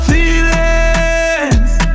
Feelings